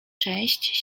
część